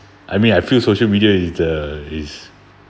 I mean I feel social media is the is